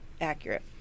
accurate